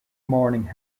morning